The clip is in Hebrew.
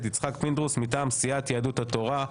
יצחק פינדרוס מטעם סיעת יהדות התורה.